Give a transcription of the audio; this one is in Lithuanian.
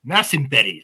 mes imperija